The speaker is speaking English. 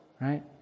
Right